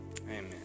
Amen